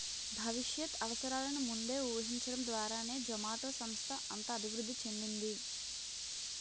భవిష్యత్ అవసరాలను ముందే ఊహించడం ద్వారానే జొమాటో సంస్థ అంత అభివృద్ధి చెందింది